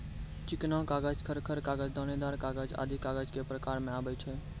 चिकना कागज, खर खर कागज, दानेदार कागज आदि कागजो क प्रकार म आवै छै